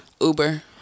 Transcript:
Uber